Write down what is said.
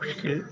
उसके